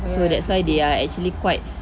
so that's why they are actually quite